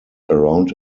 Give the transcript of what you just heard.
around